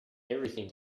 everything